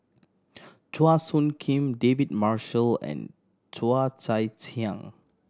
Chua Soo Khim David Marshall and Cheo Chai Hiang